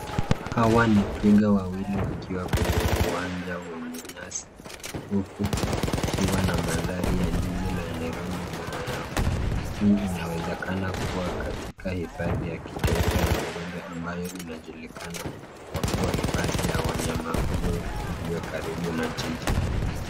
Hawa ni twiga wawili wakiwa kwenye uwanja wenye nyasi ,huku kukiwa na mandari ya jiji la Nairobi nyuma yao. Hii inawezekana kuwa katika hifadhi ya kitaifa ya Nairobi ambayo inajulikana kwa kuwa na hifadhi ya wanyama pori iliyo karibu na jiji.